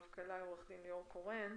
רב כלאי עו"ד ליאור קורן,